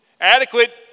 Adequate